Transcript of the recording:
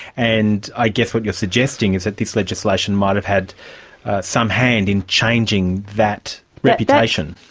and i guess what you're suggesting is that this legislation might have had some hand in changing that reputation.